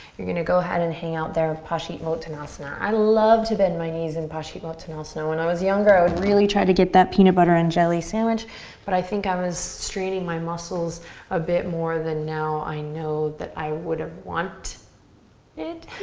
you're gonna go ahead and hang out there, paschimottanasana. i love to bend my knees in paschimottanasana. when i was younger, i really tried to get that peanut butter and jelly sandwich but i think i was straining my muscles a bit more then now i know that i would ah have and